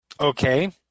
Okay